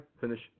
finish